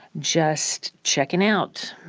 just checkin' out.